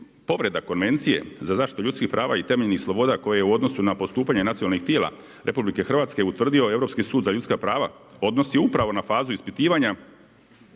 povreda Konvencije za zaštitu ljudskih prava i temeljenih sloboda koje u odnosu na postupanje nacionalnih tijela RH utvrdio Europski sud za ljudska prava odnosi upravo na fazu ispitivanja